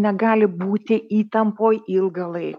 negali būti įtampoj ilgą laiką